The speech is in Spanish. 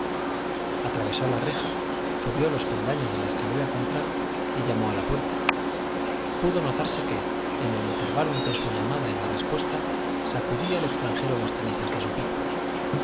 atravesó la reja subió los peldaños de la escalera central y llamó a la puerta pudo notarse que en el intervalo entre su llamada y la respuesta sacudía el extranjero las cenizas de su pipa